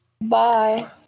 Bye